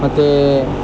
ಮತ್ತು